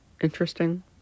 interesting